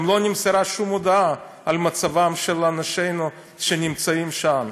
גם לא נמסרה שום הודעה על מצבם של אנשינו שנמצאים שם.